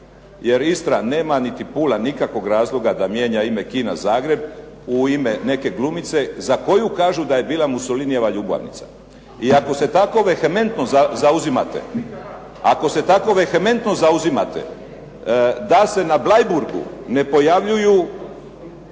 jer Istra nema, niti Pula, nikakvog razloga da mijenja ime Kina Zagreb u ime neke glumice za koju kažu da je bila Mussolinijeva ljubavnica. I ako se tako vehementno zauzimate da se na Bleiburgu ne pojavljuju